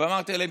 ואמרתי להם,